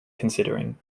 considering